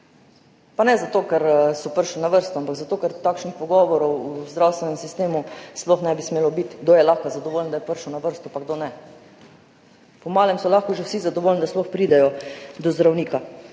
Pa ne zato, ker so prišli na vrsto, ampak zato, ker takšnih pogovorov v zdravstvenem sistemu sploh ne bi smelo biti, kdo je lahko zadovoljen, da je prišel na vrsto, pa kdo ne. Po malem so lahko že vsi zadovoljni, da sploh pridejo do zdravnika,